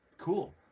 cool